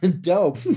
dope